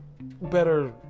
better